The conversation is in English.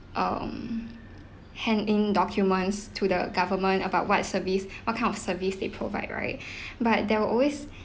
um hand in documents to the government about what service what kind of service they provide right but there will always